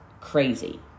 crazy